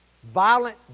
Violent